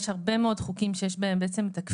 יש הרבה מאוד חוקים שיש בהם הכפילות